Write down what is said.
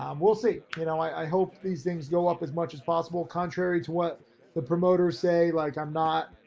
um we'll see, you know, i hope these things go up as much as possible contrary to what the promoters say. like i'm not,